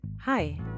Hi